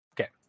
okay